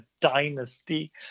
dynasty